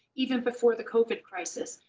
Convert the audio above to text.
even before the covid crisis.